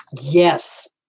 Yes